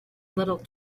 little